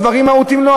דברים מהותיים, לא.